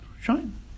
Shine